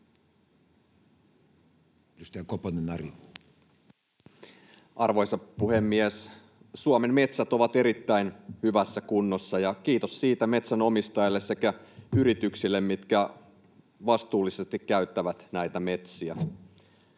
Arvoisa puhemies! Suomen metsät ovat erittäin hyvässä kunnossa, ja kiitos siitä metsänomistajille sekä yrityksille, jotka vastuullisesti käyttävät näitä metsiä.